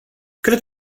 cred